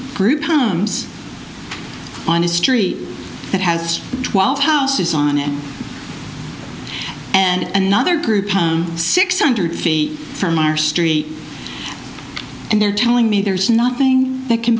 group homes on history that has twelve houses on it and another group six hundred feet from our street and they're telling me there is nothing that can